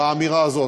באמירה הזאת.